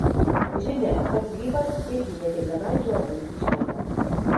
žinia pats grybas irgi ne kiekvienam žiopliui išlenda